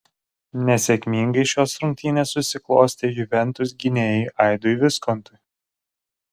nesėkmingai šios rungtynės susiklostė juventus gynėjui aidui viskontui